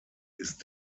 ist